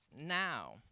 now